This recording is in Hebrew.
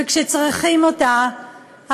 וכשצריכים אותה,